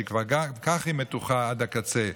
שגם כך היא מתוחה עד הקצה,